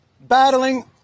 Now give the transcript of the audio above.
battling